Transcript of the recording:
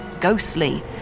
ghostly